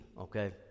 okay